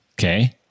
Okay